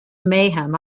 mayhem